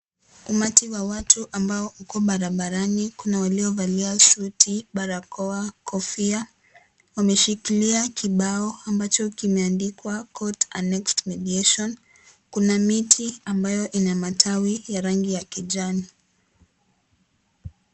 Umati wa watu ambao uko barabarani kuna walio valia suti ,barakoa, kofia wameshikilia kibao ambacho kimeandikwa(cs) coart a next mediation(CS). Kuna miti ambayo ina matawi ya rangi ya kijani.